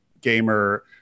gamer